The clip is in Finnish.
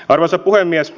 arvoisa puhemies